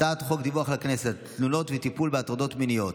הצעת חוק דיווח לכנסת על תלונות וטיפול בהטרדות מיניות